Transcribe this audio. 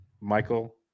Michael